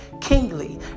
kingly